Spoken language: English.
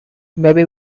maybe